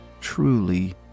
truly